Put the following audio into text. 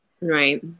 right